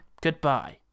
Goodbye